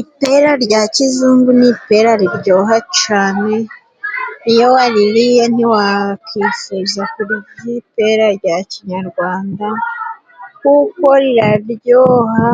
Ipera rya kizungu, ni ipera riryoha cane, iyo waririye ntiwakwifuza kurya ipera rya kinyarwanda kuko riraryoha,